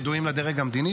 ידועים לדרג המדיני,